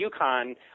UConn